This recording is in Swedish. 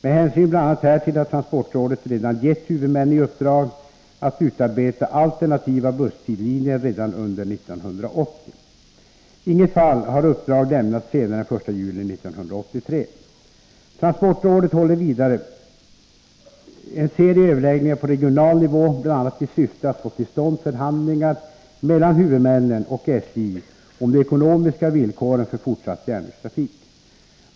Med hänsyn bl.a. härtill har transportrådet redan gett huvudmännen i uppdrag att utarbeta alternativa busstidtabeller. Sådana uppdrag lämnades för vissa nu aktuella linjer redan under 1980. I inget fall har uppdrag lämnats senare än den 1 juli 1983. Transportrådet håller vidare en serie överläggningar på regional nivå, bl.a. i syfte att få till stånd förhandlingar mellan huvudmännen och SJ om de ekonomiska villkoren för fortsatt järnvägstrafik.